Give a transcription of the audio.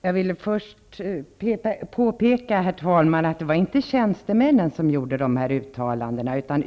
Herr talman! Det var inte tjänstemännen som gjorde uttalandena.